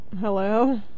Hello